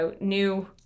new